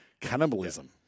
cannibalism